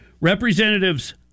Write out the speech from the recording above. Representatives